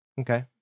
Okay